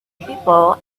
people